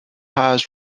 highs